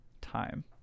time